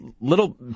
little